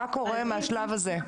מה קורה מהשלב הזה?